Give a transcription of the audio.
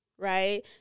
right